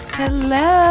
hello